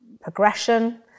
progression